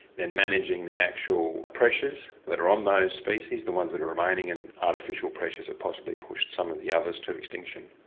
then managing the actual pressures that are on those species, the ones that are remaining, and the artificial pressures that possibly pushed some of the others to extinction.